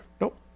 Nope